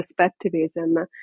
Perspectivism